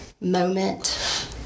moment